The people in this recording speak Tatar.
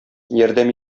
ярдәм